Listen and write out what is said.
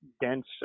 dense